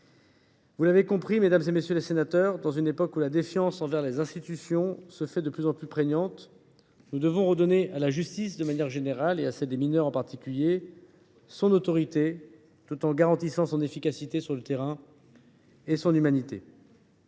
Vous l’aurez compris, mesdames, messieurs les sénateurs, à une époque où la défiance envers les institutions se fait de plus en plus prégnante, nous devons redonner son autorité à la justice de manière générale, et à celle des mineurs en particulier, tout en garantissant son efficacité sur le terrain et son humanité.